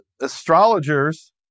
astrologers